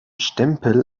stempel